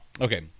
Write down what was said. Okay